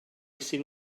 seen